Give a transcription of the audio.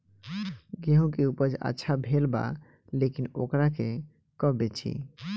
गेहूं के उपज अच्छा भेल बा लेकिन वोकरा के कब बेची?